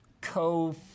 co